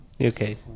Okay